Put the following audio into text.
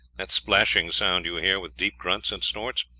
that splashing sound you hear with deep grunts and snorts,